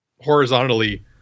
horizontally